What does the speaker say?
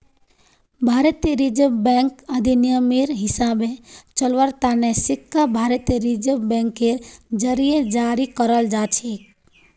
भारतीय reserve bank अधिनियमेर हिसाबे चलव्वार तने सिक्का भारतीय रिजर्व बैंकेर जरीए जारी कराल जाछेक